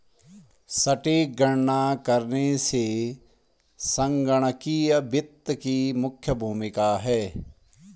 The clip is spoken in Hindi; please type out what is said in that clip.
सटीक गणना करने में संगणकीय वित्त की मुख्य भूमिका है